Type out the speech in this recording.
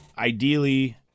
Ideally